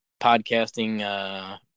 podcasting